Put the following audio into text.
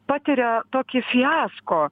patiria tokį fiasko